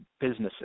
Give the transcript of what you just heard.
businesses